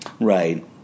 Right